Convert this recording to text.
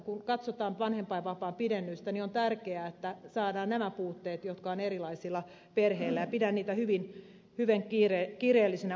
kun katsotaan vanhempainvapaapidennystä niin on tärkeää että saadaan korjattua nämä puutteet joita on erilaisilla perheillä ja pidän niitä hyvin kiireellisinä uudistuksina